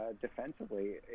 Defensively